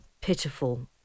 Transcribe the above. pitiful